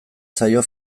zaio